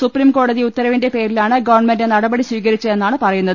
സുപ്രീംകോടതി ഉത്തരവിന്റെ പേരിലാണ് ഗവൺമെന്റ് നടപടി സ്വീകരിച്ചതെന്നാണ് പറയുന്നത്